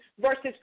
versus